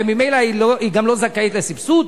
וממילא היא גם לא זכאית לסבסוד.